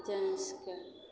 जेंट्सके